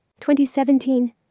2017